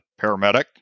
paramedic